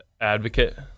advocate